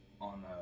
on